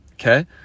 okay